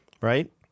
right